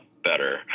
Better